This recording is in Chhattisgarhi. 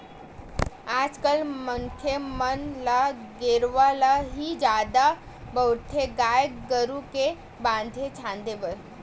आज कल मनखे मन ल गेरवा ल ही जादा बउरथे गाय गरु के बांधे छांदे बर